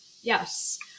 yes